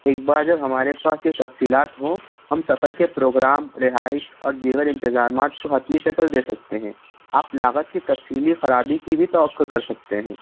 ایک بار جب ہمارے پاس یہ تفصیلات ہوں ہم سفر کے پروگرام رہائش اور دیگر انتظامات کو حتمی شكل دے سکتے ہیں آپ لاگت کی تفصیلی خرابی كی بھی توقع کرسکتے ہیں